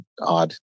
odd